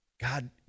God